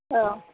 औ